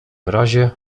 razie